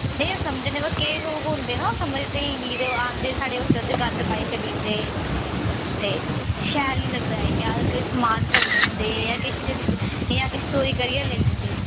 नेईं अस समझने पर केईं लोग होंदे ना समझदे ही नी आंदे साढ़े होटल च गंद पाई चली जंदे ते शैल नी लगदा इ'यां समान भन्नी ओड़दे जां केश जां केश चोरी करियै लेईं जंदे